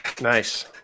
nice